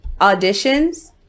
auditions